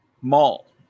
mall